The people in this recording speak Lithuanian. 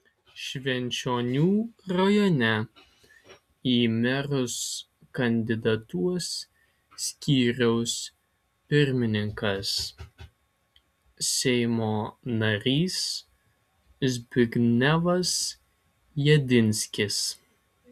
švenčionių rajone į merus kandidatuos skyriaus pirmininkas seimo narys zbignevas jedinskis